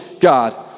God